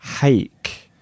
Hake